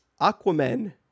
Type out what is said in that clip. Aquaman